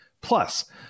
Plus